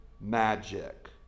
magic